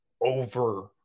over